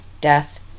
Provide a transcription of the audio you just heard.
death